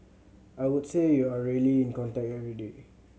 I would say you are really in contact every day